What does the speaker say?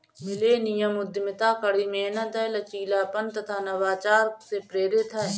millennium उद्यमिता कड़ी मेहनत, लचीलापन तथा नवाचार से प्रेरित है